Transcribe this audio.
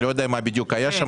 אני לא יודע מה בדיוק היה שם,